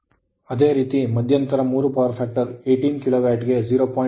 ಅದೇ ರೀತಿ ಮಧ್ಯಂತರ ಮೂರು ಪವರ್ ಫ್ಯಾಕ್ಟರ್ 18ಕಿಲೋವ್ಯಾಟ್ ಗೆ 0